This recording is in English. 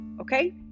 okay